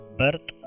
birth